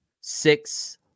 six